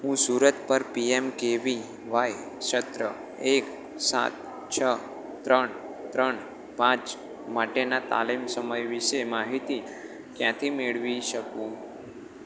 હું સુરત પર PM KVY સત્ર એક સાત છ ત્રણ ત્રણ પાંચ માટેના તાલીમ સમય વિશે માહિતી ક્યાંથી મેળવી શકું